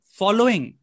following